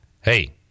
hey